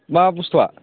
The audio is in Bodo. मा बुस्थुआ